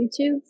YouTube